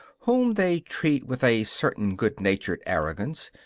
whom they treat with a certain good-natured arrogance,